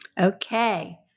Okay